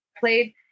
played